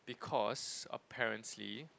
because apparently